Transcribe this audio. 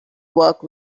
work